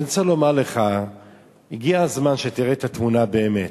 אני רוצה לומר לך שהגיע שהזמן שתראה את התמונה באמת.